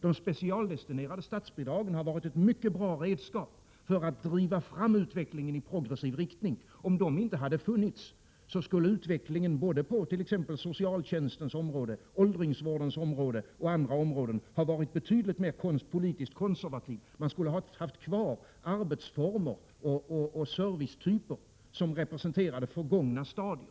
De specialdestinerade statsbidragen har varit ett mycket bra redskap för att driva fram utvecklingen i progressiv riktning. Om de inte hade funnits skulle utvecklingen på socialtjänstens område, på åldringsvårdens område och på andra områden ha varit betydligt mera politiskt konservativ. Man skulle ha haft kvar arbetsformer och servicetyper som representerade förgångna stadier.